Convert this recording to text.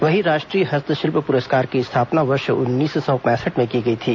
वहीं राष्ट्रीय हस्तशिल्प पुरस्कार की स्थापना वर्ष उन्नीस सौ पैंसठ में की गई थी